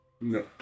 No